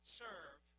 serve